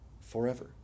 forever